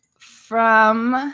from